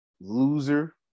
loser